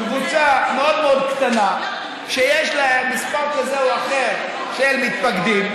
ישנה קבוצה מאוד מאוד קטנה שיש להם מספר כזה או אחר של מתפקדים,